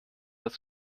das